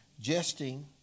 Jesting